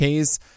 Ks